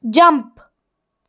jump